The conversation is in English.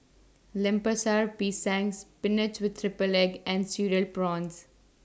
Lemper Sara Pisang Spinach with Triple Egg and Cereal Prawns